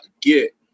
get